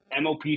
MOP